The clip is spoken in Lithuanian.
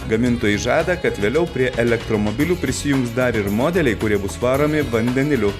gamintojai žada kad vėliau prie elektromobilių prisijungs dar ir modeliai kurie bus varomi vandeniliu